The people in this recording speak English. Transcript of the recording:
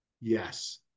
Yes